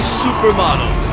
supermodel